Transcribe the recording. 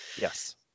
Yes